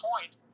point